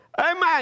Amen